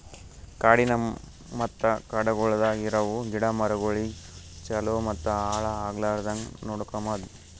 ಕಾಡಿನ ಮತ್ತ ಕಾಡಗೊಳ್ದಾಗ್ ಇರವು ಗಿಡ ಮರಗೊಳಿಗ್ ಛಲೋ ಮತ್ತ ಹಾಳ ಆಗ್ಲಾರ್ದಂಗ್ ನೋಡ್ಕೋಮದ್